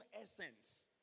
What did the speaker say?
essence